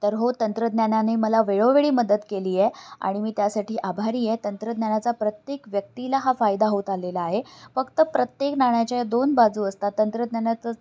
तर हो तंत्रज्ञानाने मला वेळोवेळी मदत केली आहे आणि मी त्यासाठी आभारी आहे तंत्रज्ञानाचा प्रत्येक व्यक्तीला हा फायदा होत आलेला आहे फक्त प्रत्येक नाण्याच्या या दोन बाजू असतात तंत्रज्ञानाचं